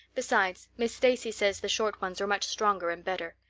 besides, miss stacy says the short ones are much stronger and better.